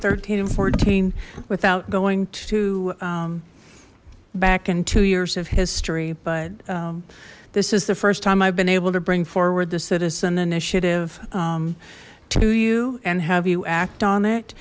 thirteen and fourteen without going to back in two years of history but this is the first time i've been able to bring forward the citizen initiative to you and have you act on it